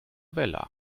vella